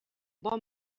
bon